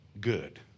good